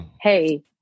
hey